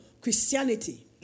Christianity